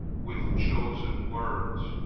with chosen words.